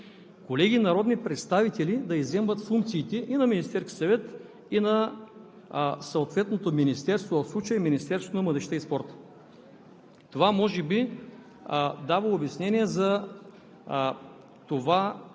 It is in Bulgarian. както в случая – превърна се в порочна практика в 44-тото народно събрание колеги народни представители да изземват функциите и на Министерския съвет, и на съответното министерство, Министерството на младежта и спорта.